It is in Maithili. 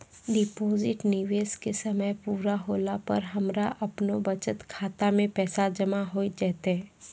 डिपॉजिट निवेश के समय पूरा होला पर हमरा आपनौ बचत खाता मे पैसा जमा होय जैतै?